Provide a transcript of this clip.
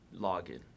login